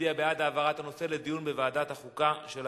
מצביע בעד העברת הנושא לדיון בוועדת החוקה של הכנסת.